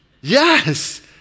Yes